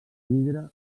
vidre